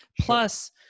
Plus